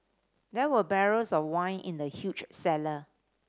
there were barrels of wine in the huge cellar